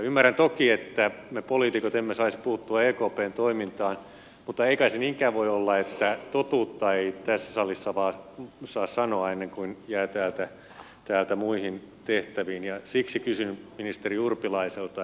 ymmärrän toki että me poliitikot emme saisi puuttua ekpn toimintaan mutta ei kai se niinkään voi olla että totuutta ei tässä salissa saa sanoa ennen kuin jää täältä muihin tehtäviin ja siksi kysyn ministeri urpilaiselta